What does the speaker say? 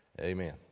Amen